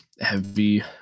heavy